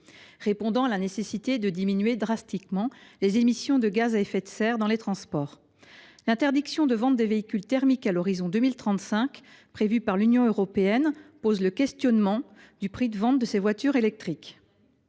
répondant à la nécessité de réduire drastiquement les émissions de gaz à effet de serre dans les transports. Toutefois, l’interdiction de vente des véhicules thermiques à l’horizon 2035, prévue par l’Union européenne, pose la question du prix des voitures électriques.